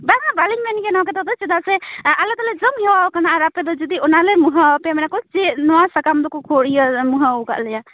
ᱵᱟᱝᱟ ᱵᱟᱞᱤᱧ ᱢᱮᱱᱜᱮᱭᱟ ᱱᱚᱣᱟ ᱠᱟᱛᱷᱟ ᱫᱚ ᱪᱮᱫᱟᱜ ᱥᱮ ᱟᱞᱮ ᱫᱚᱞᱮ ᱡᱚᱢ ᱦᱮᱣᱟᱣ ᱟᱠᱟᱱᱟ ᱟᱨ ᱟᱯᱮ ᱫᱚ ᱡᱩᱫᱤ ᱚᱱᱟᱞᱮ ᱢᱩᱦᱟᱹᱣ ᱟᱯᱮᱭᱟ ᱢᱮᱱᱟᱠᱚ ᱪᱮᱫ ᱱᱚᱣᱟ ᱥᱟᱠᱟᱢ ᱫᱚᱠᱚ ᱠᱷᱚᱲ ᱤᱭᱟᱹ ᱢᱩᱦᱟᱹᱣ ᱟᱠᱟᱫ ᱞᱮᱭᱟ